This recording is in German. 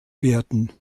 werden